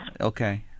Okay